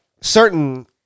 certain